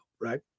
right